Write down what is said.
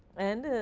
and